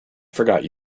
forgot